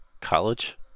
college